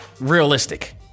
realistic